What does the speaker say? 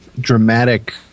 dramatic